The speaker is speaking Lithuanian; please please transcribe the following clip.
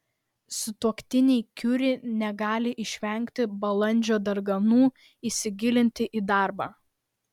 sutuoktiniai kiuri negali išvengti balandžio darganų įsigilinti į darbą